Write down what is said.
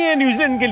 and new zealand